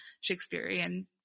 Shakespearean